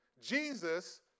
Jesus